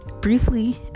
briefly